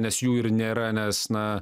nes jų ir nėra nes na